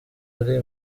ari